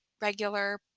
regular